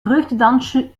vreugdedansje